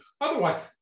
otherwise